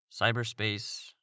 cyberspace